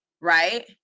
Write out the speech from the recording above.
right